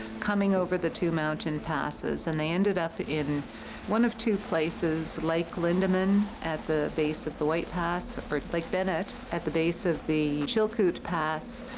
coming over the two mountain passes. and they ended up in one of two places. lake lindeman at the base of the white pass or at lake bennett at the base of the chilkoot pass.